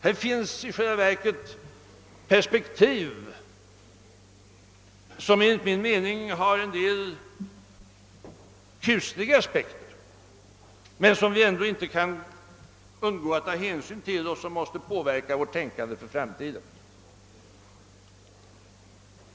Här finns i själva verket perspektiv som enligt min mening har en del kusliga aspekter men som vi ändå inte kan undgå att ta hänsyn till och som måste påverka vårt tänkande för framtiden.